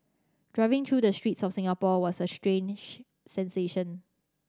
driving through the streets of Singapore was a strange sensation